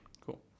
cool